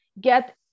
get